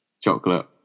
Chocolate